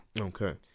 Okay